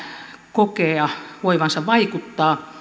kokea voivansa vaikuttaa